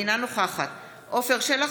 אינה נוכחת עפר שלח,